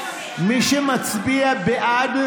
מי שמצביע בעד,